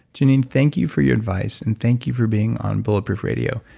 geneen, thank you for your advice and thank you for being on bulletproof radio.